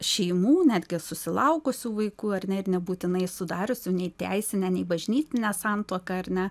šeimų netgi susilaukusių vaikų ar ne ir nebūtinai sudariusių nei teisinę nei bažnytinę santuoką ar ne